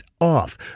off